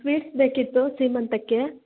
sweets ಬೇಕಿತ್ತು ಸೀಮಂತಕ್ಕೆ